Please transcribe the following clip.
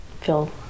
feel